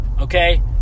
okay